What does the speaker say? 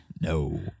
No